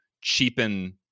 cheapen